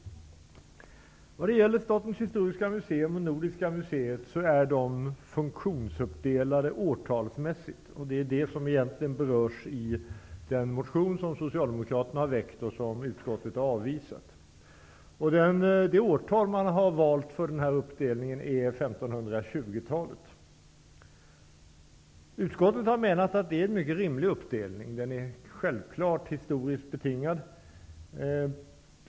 Statens historiska museum och Nordiska museet är funktionsuppdelade årtalsmässigt. Det är egentligen detta som berörs i den motion som Socialdemokraterna har väckt och som utskottet har avstyrkt. Det årtal som har valts för denna uppdelning är 1520-talet. Utskottet har menat att det är en mycket rimlig uppdelning. Den är självfallet historiskt betingad.